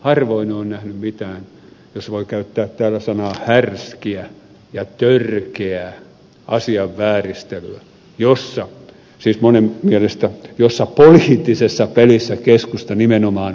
harvoin olen nähnyt mitään jos voi käyttää täällä sanaa niin härskiä ja törkeää asian vääristelyä siis jossa monen mielestä poliittisessa pelissä keskusta nimenomaan on taitava